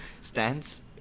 stance